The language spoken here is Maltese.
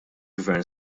gvern